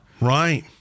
Right